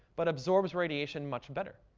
but absorbs radiation much better.